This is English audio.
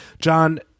John